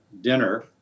dinner